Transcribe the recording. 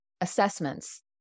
assessments